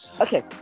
Okay